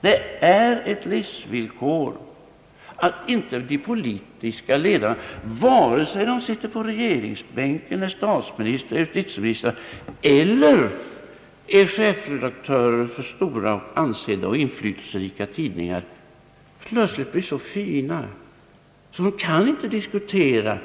Det är ett livsvillkor att inte de politiska ledarna — vare sig de sitter på regeringsbänken och är statsministrar eller justitieministrar eller är chefredaktörer för stora, ansedda och inflytelserika tidningar — plötsligt blir så fina, att de inte kan diskutera